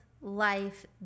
life